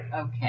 Okay